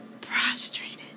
prostrated